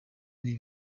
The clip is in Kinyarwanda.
n’ibi